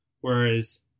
whereas